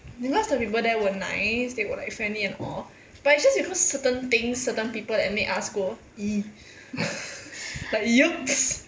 because the people there were nice they were like friendly and all but it's just because certain things certain people that made us go !ee! like yucks